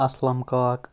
Aslam Kak